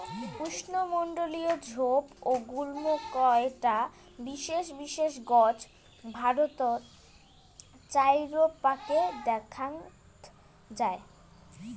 উষ্ণমণ্ডলীয় ঝোপ ও গুল্ম কয়টা বিশেষ বিশেষ গছ ভারতর চাইরোপাকে দ্যাখ্যাত যাই